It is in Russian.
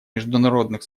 международных